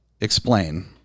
Explain